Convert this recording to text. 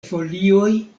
folioj